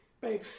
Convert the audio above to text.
babe